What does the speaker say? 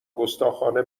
گستاخانه